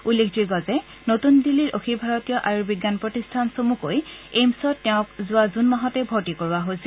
উল্লেখযোগ্য যে নতূন দিল্লীৰ অখিল ভাৰতীয় আয়ূৰ্বিজ্ঞান প্ৰতিষ্ঠান চমুকৈ এইম্ছত তেওঁক যোৱা জুন মাহতে ভৰ্তি কৰোৱা হৈছিল